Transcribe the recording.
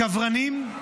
קברנים,